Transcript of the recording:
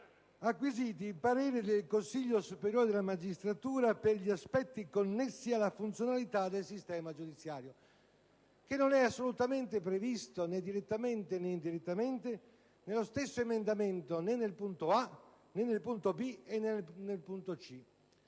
acquisito il parere del Consiglio superiore della magistratura per gli aspetti connessi alla funzionalità del sistema giudiziario, che non è assolutamente previsto, né direttamente né indirettamente, nello stesso emendamento ai punti *a)*, *b)* e *c)*.